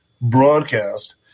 broadcast